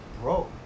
Bro